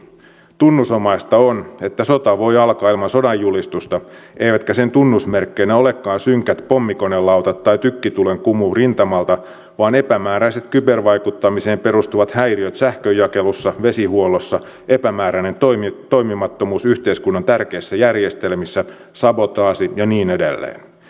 tunnusomaista on että sota voi alkaa ilman sodanjulistusta eivätkä sen tunnusmerkkeinä olekaan synkät pommikonelautat tai tykkitulen kumu rintamalta vaan epämääräiset kybervaikuttamiseen perustuvat häiriöt sähkönjakelussa vesihuollossa epämääräinen toimimattomuus yhteiskunnan tärkeissä järjestelmissä sabotaasit ja niin edelleen